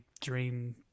dream